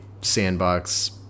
sandbox